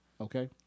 Okay